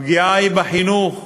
הפגיעה היא בחינוך,